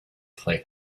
play